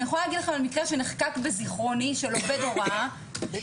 אני יכולה לספר לכם על מקרה שנחקק בזיכרוני של עובד הוראה שנחשד